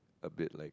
a bit like